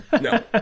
No